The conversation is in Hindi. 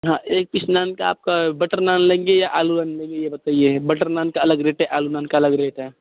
हाँ एक पीस नान का आपका बटर नान लेंगे या आलू नान लेंगे ये बताइए बटर नान का अलग रेट है आलू नान का अलग रेट है